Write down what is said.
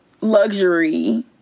luxury